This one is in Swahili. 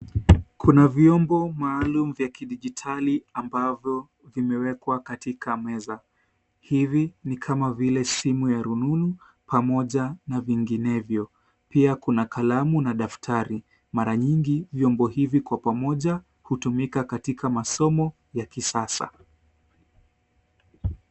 Kuna vyombo maalumu vya kidijitali ambavyo vimewekwa katika meza. Hivi ni kama vile simu ya rununu pamoja na vinginevyo. Pia kuna kalamu na daftari. Mara nyingi vyombo hivi kwa pamoja hutumika katika masomo ya kisasa.